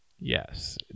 yes